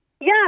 Yes